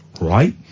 Right